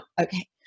Okay